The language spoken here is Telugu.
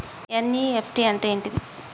ఎన్.ఇ.ఎఫ్.టి అంటే ఏంటిది?